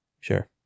Sure